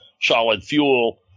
solid-fuel